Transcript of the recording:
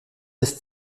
ist